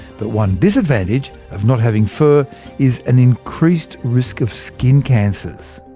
but one disadvantage of not having fur is an increased risk of skin cancers.